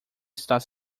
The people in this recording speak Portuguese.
estava